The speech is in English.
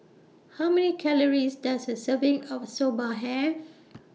How Many Calories Does A Serving of Soba Have